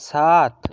সাত